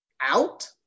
out